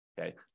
Okay